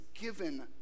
given